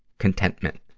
contentment.